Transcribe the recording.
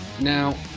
now